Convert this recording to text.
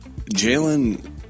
Jalen